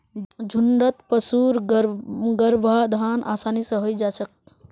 झुण्डत पशुर गर्भाधान आसानी स हई जा छेक